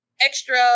Extra